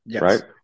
right